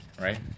right